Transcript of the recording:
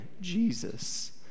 Jesus